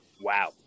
Wow